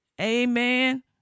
Amen